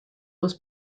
was